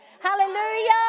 Hallelujah